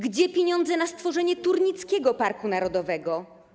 Gdzie pieniądze na stworzenie Turnickiego Parku Narodowego?